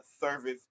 service